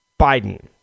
Biden